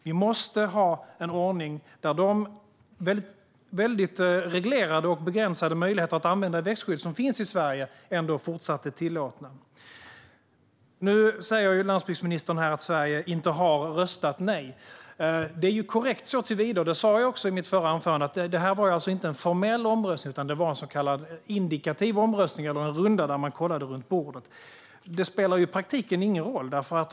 Vi måste ha en ordning där de mycket reglerade och begränsade möjligheterna att använda växtskydd som finns i Sverige ändå fortsätter att vara tillåtna. Nu säger landsbygdsministern att Sverige inte har röstat nej. Det är korrekt såtillvida - det sa jag också i mitt förra inlägg - att det inte var en formell omröstning, utan det var en så kallad indikativ omröstning eller en runda för att kolla av. Det spelar ingen roll i praktiken.